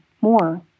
more